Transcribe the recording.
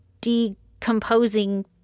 decomposing